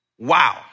Wow